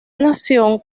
nación